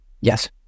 Yes